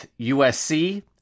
USC